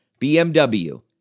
BMW